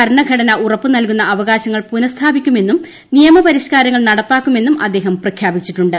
ഭരണഘടന ഉറപ്പുനൽകുന്ന അവകാശങ്ങൾ പുനസ്ഥാപിക്കുമെന്നും നിയമപരിഷ്ക്കാരങ്ങൾ നടപ്പാക്കുമെന്നും അദ്ദേഹം പ്രഖ്യാപിച്ചിട്ടുണ്ട്